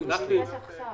זה יכול להיות תשתיות,